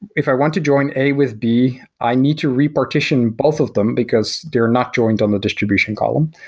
if i want to join a with b, i need to repartition both of them because they're not joined on the distribution column.